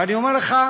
ואני אומר לך,